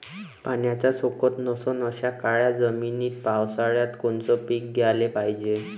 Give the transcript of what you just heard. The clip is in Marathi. पाण्याचा सोकत नसन अशा काळ्या जमिनीत पावसाळ्यात कोनचं पीक घ्याले पायजे?